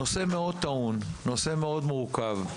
נושא מאוד טעון, נושא מאוד מורכב.